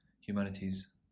humanities